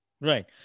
Right